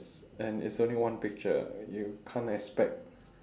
and it's only one picture you can't expect